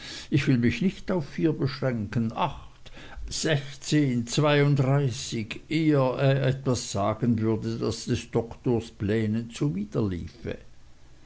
ich will mich nicht auf vier beschränken acht sechzehn zweiunddreißig ehe er etwas sagen würde das des doktors plänen